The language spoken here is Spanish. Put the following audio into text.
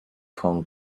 hong